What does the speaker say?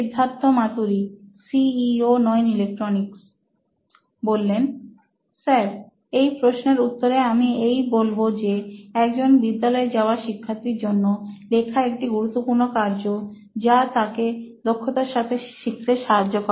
Siddharth Maturi C E O নোইন electronics sir এই প্রশ্নের উত্তরে আমি এই বলব যে একজন বিদ্যালয় যাওয়া শিক্ষার্থীর জন্য লেখা একটি গুরুত্বপূর্ণ কার্য যা তাকে দক্ষতার সাথে শিখতে সাহায্য করে